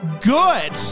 good